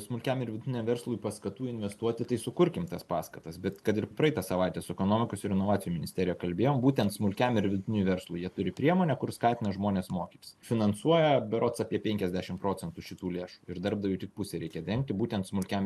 smulkiam ir vidutiniam verslui paskatų investuoti tai sukurkim tas paskatas bet kad ir praeitą savaitę su ekonomikos ir inovacijų ministerija kalbėjom būtent smulkiam ir vidutiniui verslui jie turi priemonę kur skatina žmones mokytis finansuoja berods apie penkiasdešim procentų šitų lėšų ir darbdaviui tik pusę reikia dengti būtent smulkiam